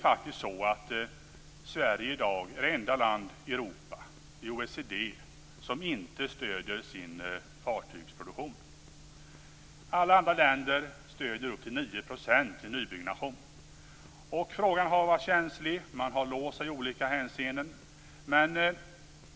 Sverige är i dag det enda land i Europa och i OECD som inte stöder sin fartygsproduktion. Alla andra länder stöder upp till 9 % vid nybyggnation. Frågan har varit känslig, och man har låst sig i olika hänseenden.